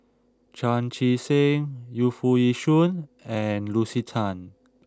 Chan Chee Seng Yu Foo Yee Shoon and Lucy Tan